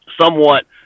somewhat